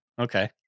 Okay